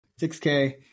6k